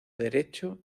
derecho